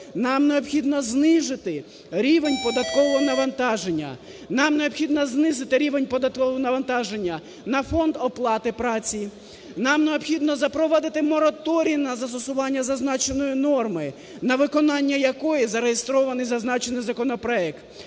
Нам необхідно знизити рівень податкового навантаження на Фонд оплати праці. Нам необхідно запровадити мораторій на застосування зазначеної норми, на виконання якої зареєстрований зазначений законопроект.